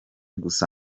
gusa